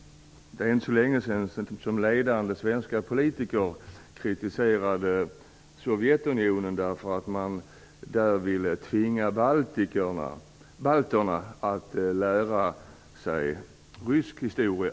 Det är inte så länge sedan som ledande svenska politiker kritiserade Sovjetunionen för att man där ville tvinga balterna att lära sig rysk historia.